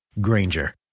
granger